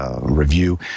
review